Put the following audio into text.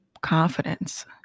confidence